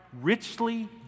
richly